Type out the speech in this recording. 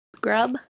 Grub